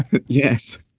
yes.